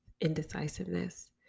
indecisiveness